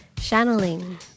Channeling